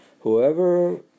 Whoever